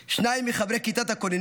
שניים מחברי כיתת הכוננות,